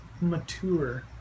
Mature